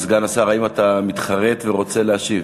סגן השר, האם אתה מתחרט ורוצה להשיב?